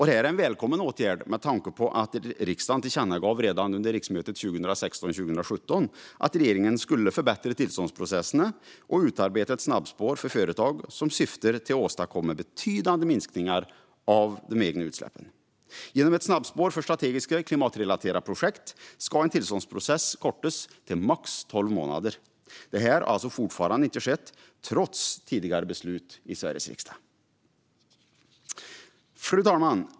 Detta är välkommen åtgärd med tanke på att riksdagen redan under riksmötet 2016/17 tillkännagav att regeringen skulle förbättra tillståndsprocesserna och utarbeta ett snabbspår för företag som syftar till att åstadkomma betydande minskningar av de egna utsläppen. Genom ett snabbspår för strategiska klimatrelaterade projekt ska en tillståndsprocess kortas till max tolv månader. Detta har alltså fortfarande inte skett, trots tidigare beslut i Sveriges riksdag. Fru talman!